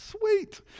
sweet